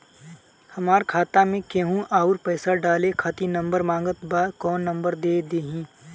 हमार खाता मे केहु आउर पैसा डाले खातिर नंबर मांगत् बा कौन नंबर दे दिही?